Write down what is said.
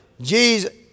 Jesus